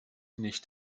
nicht